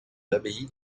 l’abbaye